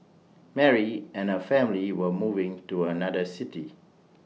Mary and her family were moving to another city